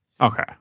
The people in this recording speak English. Okay